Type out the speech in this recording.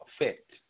effect